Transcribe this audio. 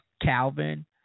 Calvin